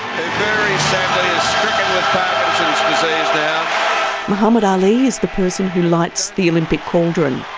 um muhammad ali is the person who lights the olympic cauldron.